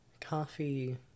Coffee